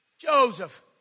Joseph